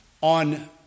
on